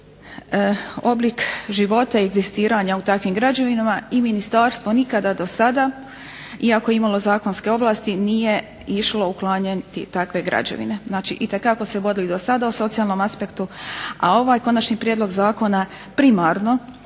jedini oblik života i egzistiranja u takvim građevinama i ministarstvo nikada dosada iako je imalo zakonske ovlasti nije išlo uklanjati takve građevine. Znači, itekako se vodilo sada o socijalnom aspektu, a ovaj konačni prijedlog zakona primarno